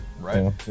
Right